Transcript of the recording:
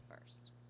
first